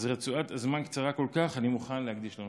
אז רצועת זמן קצרה כל כך אני מוכן להקדיש לנושא.